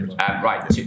Right